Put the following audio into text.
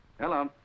Hello